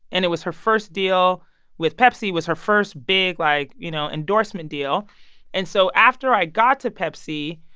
and it was her first deal with pepsi, was her first big, like, you know, endorsement deal and so after i got to pepsi,